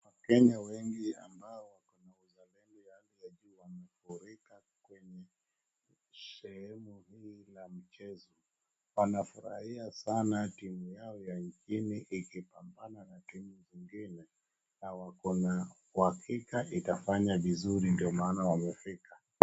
Wakenya wengi ambao wako na uzalendo ya hali ya juu wamefurika kwenye sehemu hii la mchezo. Wanafurahia sana timu yao nchini kipambana na timu zingine na wako na uhakika itafanya vizuri ndiyo maaana wamefika.